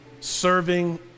serving